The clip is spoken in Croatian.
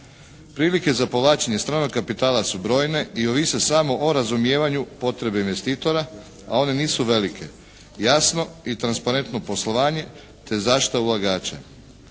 Prilike za povlačenje stranog kapitala su brojne i ovise samo o razumijevanju potrebe investitora, a one nisu velike, jasno i transparentno poslovanje te zaštita ulagača.